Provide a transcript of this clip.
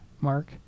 mark